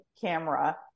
camera